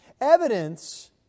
Evidence